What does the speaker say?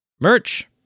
Merch